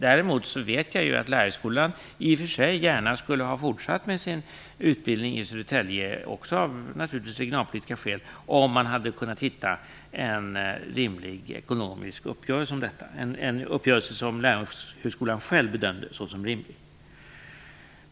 Däremot vet jag att Lärarhögskolan i och för sig gärna skulle ha fortsatt med sin utbildning i Södertälje, också av regionalpolitiska skäl, om man hade kunnat hitta en rimlig ekonomisk uppgörelse om detta, en uppgörelse som Lärarhögskolan själv bedömde såsom rimlig.